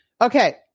Okay